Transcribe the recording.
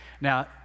Now